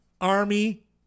Army